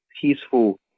peaceful